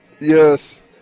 yes